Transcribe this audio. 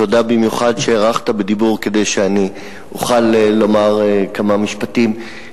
תודה במיוחד שהארכת בדיבור כדי שאני אוכל לומר כמה משפטים.